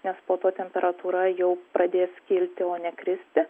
nes po to temperatūra jau pradės kilti o ne kristi